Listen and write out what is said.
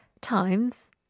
times